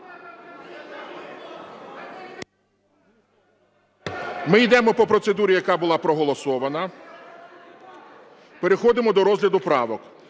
Ми йдемо по процедурі, яка була проголосована, переходимо до розгляду правок.